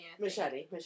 machete